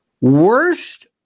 Worst